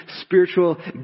spiritual